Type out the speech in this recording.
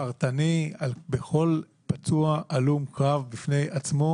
פרטני בכל פצוע הלום קרב בפני עצמו